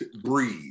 breathe